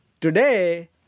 Today